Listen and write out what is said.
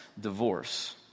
divorce